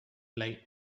late